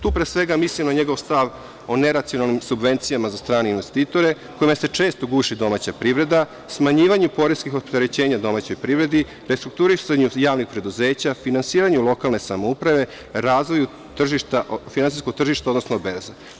Tu pre svega mislim na njegov stav o neracionalnim subvencijama za strane investitore, kojima se često guši domaća privreda, smanjivanje poreskih opterećenja domaćoj privredi, restrukturisanju javnih preduzeća, finansiranju lokalne samouprave, razvoju finansijskog tržišta, odnosno berze.